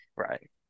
right